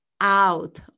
out